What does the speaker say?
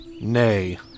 Nay